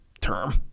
term